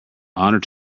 honour